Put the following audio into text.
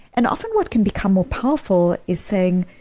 and often, what can become more powerful is saying,